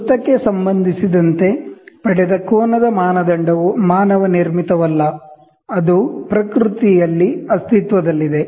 ವೃತ್ತಕ್ಕೆ ಸಂಬಂಧಿಸಿದಂತೆ ಪಡೆದ ಕೋನದ ಮಾನದಂಡವು ಮಾನವ ನಿರ್ಮಿತವಲ್ಲ ಆದರೆ ಪ್ರಕೃತಿಯಲ್ಲಿ ಅಸ್ತಿತ್ವದಲ್ಲಿದೆ